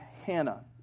Hannah